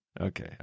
okay